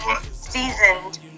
seasoned